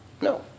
No